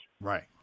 Right